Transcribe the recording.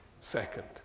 second